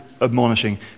admonishing